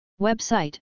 Website